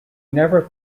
never